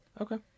Okay